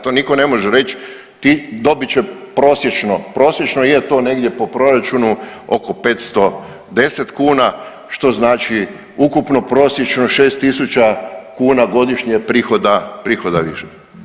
To nitko ne može reći ti dobit će prosječno, prosječno je to negdje po proračunu oko 510 kuna što znači ukupno prosječno 6000 kuna godišnje prihoda više.